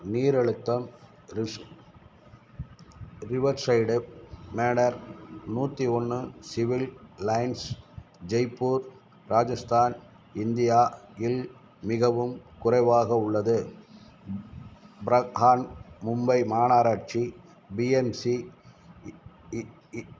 நீர் அழுத்தம் ரிஸ் ரிவர் சைடு மேடர் நூற்றி ஒன்று civil lines Jaipur Rajasthan India இல் மிகவும் குறைவாக உள்ளது ப்ரஹான் மும்பை மாநகராட்சி பி எம் சி இ இ இ